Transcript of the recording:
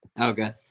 Okay